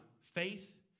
faith